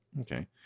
Okay